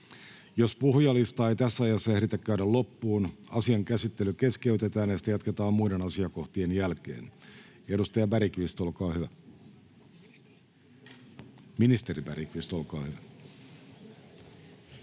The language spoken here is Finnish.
Jos puhujalistaa ei tässä ajassa ehditä käydä loppuun, asian käsittely keskeytetään ja sitä jatketaan muiden asiakohtien jälkeen. — Ministeri Bergqvist, olkaa hyvä.